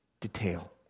detail